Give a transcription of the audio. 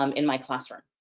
um in my classroom.